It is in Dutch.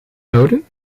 houden